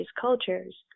cultures